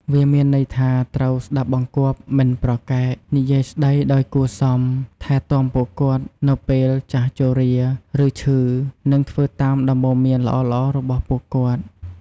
វាមានន័យថាត្រូវ ស្តាប់បង្គាប់ មិនប្រកែក និយាយស្ដីដោយគួរសម ថែទាំពួកគាត់នៅពេលចាស់ជរា ឬឈឺ និងធ្វើតាមដំបូន្មានល្អៗរបស់ពួកគាត់។